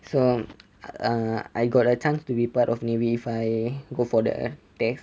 so err I got a chance to be part of navy if I go for the test